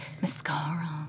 mascara